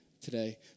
today